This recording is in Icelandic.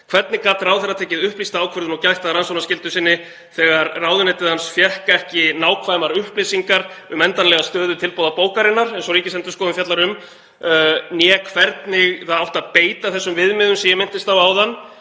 Hvernig gat ráðherra tekið upplýsta ákvörðun og gætt að rannsóknarskyldu sinni þegar ráðuneytið hans fékk ekki nákvæmar upplýsingar um endanlega stöðu tilboðabókarinnar, eins og Ríkisendurskoðun fjallar um, né hvernig það átti að beita þessum viðmiðum sem ég minntist á áðan,